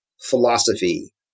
philosophy